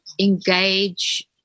engage